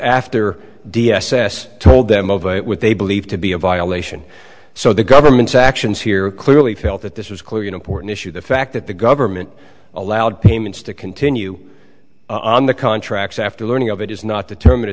after d s s told them of a what they believed to be a violation so the government's actions here clearly felt that this was clearly an important issue the fact that the government allowed payments to continue on the contracts after learning of it is not determinat